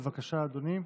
בבקשה, אדוני.